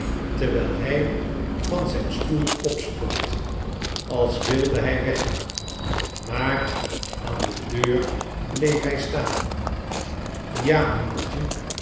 terwijl hij van zijn stoel opstond als wilde hij weggaan maar aan de deur bleef hij staan ja moedertje